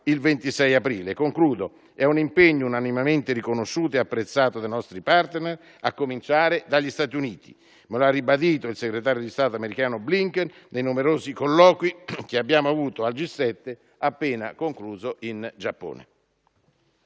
il 26 aprile. Concludo dicendo che è un impegno unanimemente riconosciuto e apprezzato dai nostri *partner*, a cominciare dagli Stati Uniti, come ribadito dal segretario di Stato americano Blinken nei numerosi colloqui che abbiamo avuto in occasione del G7 appena concluso in Giappone.